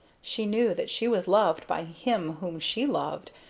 she knew that she was loved by him whom she loved,